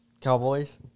Cowboys